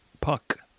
Puck